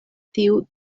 tiu